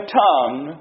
tongue